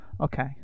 okay